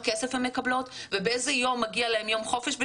כסף הן מקבלות ובאיזה יום בשבוע מגיע להן חופש,